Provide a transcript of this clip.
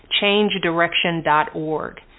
changedirection.org